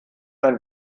ein